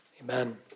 Amen